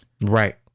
Right